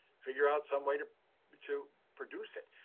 figure out some way to but to produce it.